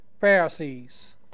Pharisees